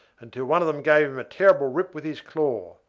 until one of them gave him a terrible rip with his claw,